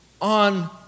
on